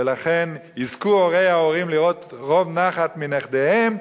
ולכן יזכו הורי ההורים לראות רוב נחת מנכדיהם,